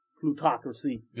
plutocracy